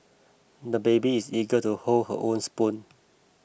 the baby is eager to hold his own spoon